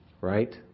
right